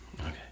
Okay